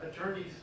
attorneys